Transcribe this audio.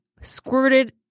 squirted